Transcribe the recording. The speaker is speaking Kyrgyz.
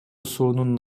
суунун